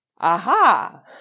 Aha